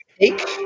take